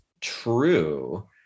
true